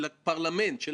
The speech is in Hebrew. בכפוף לסייג אחד,